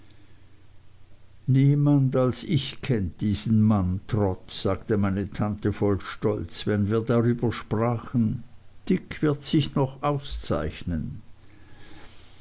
niemand als ich kennt diesen mann trot sagte meine tante voll stolz wenn wir darüber sprachen dick wird sich noch auszeichnen